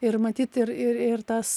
ir matyt ir ir ir tas